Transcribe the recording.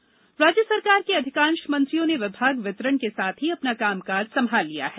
मंत्री पदभार राज्य सरकार के अधिकांश मंत्रियों ने विभाग वितरण के साथ ही अपना कामकाज संभाल लिया है